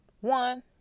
One